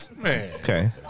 Okay